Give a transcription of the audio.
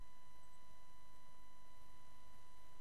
אני